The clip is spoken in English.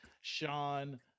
Sean